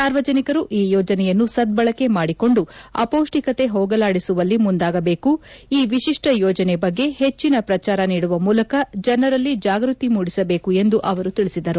ಸಾರ್ವಜನಿಕರು ಈ ಯೋಜನೆಯನ್ನು ಸದ್ದಳಕೆ ಮಾಡಿಕೊಂಡು ಅಪೌಷ್ಠಿಕತೆ ಹೋಗಲಾಡಿಸುವಲ್ಲಿ ಮುಂದಾಗಬೇಕು ಈ ವಿಶಿಷ್ಟ ಯೋಜನೆ ಬಗ್ಗೆ ಪಟ್ಟಿನ ಪ್ರಚಾರ ನೀಡುವ ಮೂಲಕ ಜನರಲ್ಲಿ ಜಾಗೃತಿ ಮೂಡಿಸಬೇಕು ಎಂದು ಅವರು ತಿಳಿಸಿದರು